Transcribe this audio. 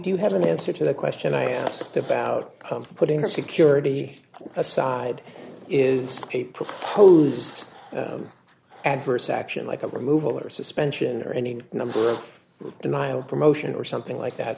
you have an answer to the question i asked about putting the security aside is a proposed adverse action like a removal or suspension or any number of denial promotion or something like that